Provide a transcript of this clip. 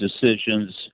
decisions